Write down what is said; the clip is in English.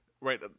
Right